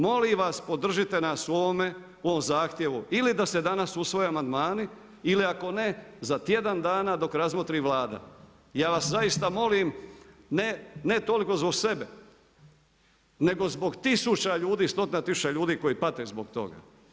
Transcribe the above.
Molim vas, podržite nas u ovome, u ovom zahtjevu, ili da se danas usvoje amandmani ili ako ne, za tjedan dana dok razmotri Vlada, ja vas zaista molim ne toliko zbog sebe, nego zbog tisuća ljudi, stotina tisuća ljudi koji pate zbog toga.